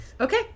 Okay